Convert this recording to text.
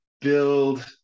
build